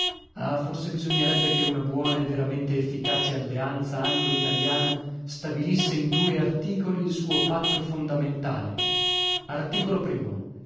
ah forse bisognerebbe che una buona e veramente efficace alleanza anglo italiana stabilisse in due articoli il suo patto fondamentale articolo primo